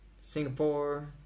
Singapore